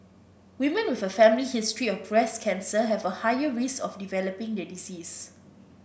women with a family history of breast cancer have a higher risk of developing the disease